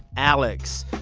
alex.